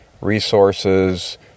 resources